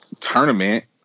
tournament